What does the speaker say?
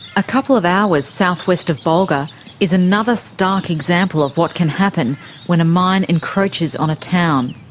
a couple of hours southwest of bulga is another stark example of what can happen when a mine encroaches on a town.